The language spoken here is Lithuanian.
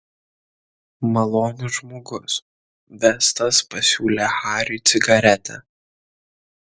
malonus žmogus vestas pasiūlė hariui cigaretę